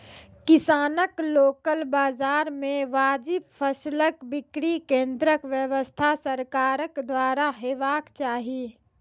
किसानक लोकल बाजार मे वाजिब फसलक बिक्री केन्द्रक व्यवस्था सरकारक द्वारा हेवाक चाही?